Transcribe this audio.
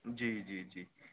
جی جی جی